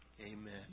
amen